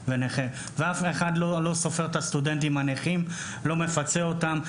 אף אחד לא סופר את הסטודנטים הנכים ולא מפצה אותם.